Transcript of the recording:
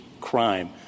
crime